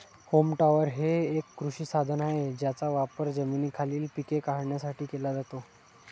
home टॉपर हे एक कृषी साधन आहे ज्याचा वापर जमिनीखालील पिके काढण्यासाठी केला जातो